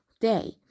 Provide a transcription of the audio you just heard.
day